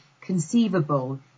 Conceivable